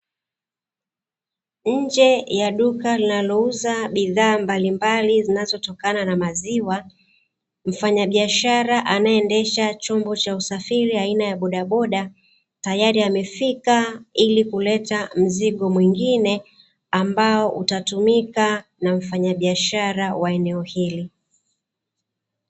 Nje ya duka linalouzwa bidhaa mbalimbali zinazotokana na maziwa, mfanyabishara anaendesha chombo cha usafiri aina ya bodaboda, tayari amefika ili kuleta mzigo mwingine ambao utatumika na mfanyabishara wa eneo hili.